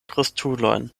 krustulojn